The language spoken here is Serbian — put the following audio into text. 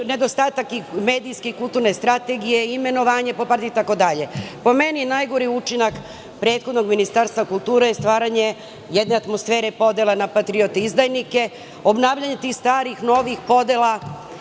nedostatak medijske i kulturne strategije, ni imenovanje po partiji itd. Po meni najgori učinak prethodnog ministarstva kulture je stvaranje jedne atmosfere podele na patriote i izdajnike, obnavljanje tih starih, novih podela,